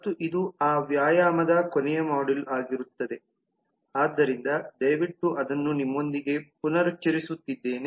ಮತ್ತು ಇದು ಆ ವ್ಯಾಯಾಮದ ಕೊನೆಯ ಮಾಡ್ಯೂಲ್ ಆಗಿರುತ್ತದೆ ಆದ್ದರಿಂದ ದಯವಿಟ್ಟು ಅದನ್ನು ನಿಮ್ಮೊಂದಿಗೆ ಪುನರುಚ್ಚರಿಸುತ್ತೇನೆ